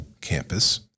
campus